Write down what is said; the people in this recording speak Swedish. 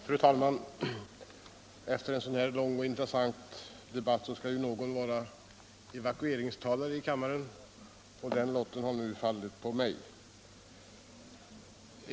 Fru talman! Efter en sådan här lång och intressant debatt skall ju någon vara evakueringstalare i kammaren, och den lotten har nu fallit på mig.